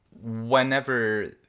whenever